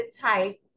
type